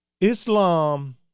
Islam